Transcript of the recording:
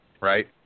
Right